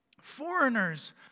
foreigners